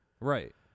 Right